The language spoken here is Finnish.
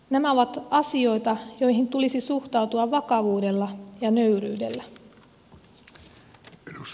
nämä ovat asioita joihin tulisi suhtautua vakavuudella ja nöyryydellä